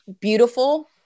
beautiful